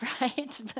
right